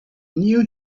knew